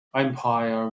empire